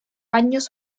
años